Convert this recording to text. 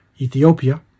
Ethiopia